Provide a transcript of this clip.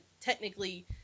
technically